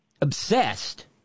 obsessed